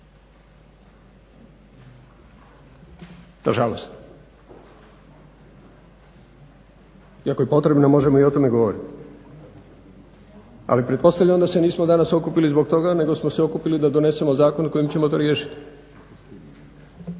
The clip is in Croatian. nažalost. I ako je potrebno možemo i o tome govoriti. Ali pretpostavljam da se nismo danas okupili zbog toga nego smo se okupili da donesemo zakon kojim ćemo to riješiti.